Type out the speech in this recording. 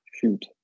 shoot